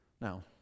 Now